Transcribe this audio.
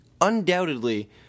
undoubtedly